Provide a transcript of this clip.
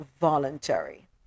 voluntary